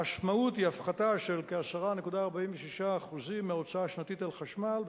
המשמעות היא הפחתה של 10.46% מההוצאה השנתית על חשמל,